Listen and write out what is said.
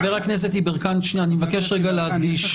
אני מבקש להדגיש,